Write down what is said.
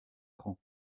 rangs